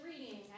reading